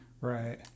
Right